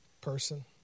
person